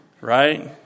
Right